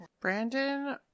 Brandon